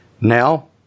Now